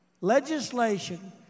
legislation